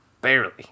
Barely